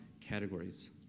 categories